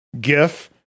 gif